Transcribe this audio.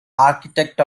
architect